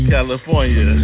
California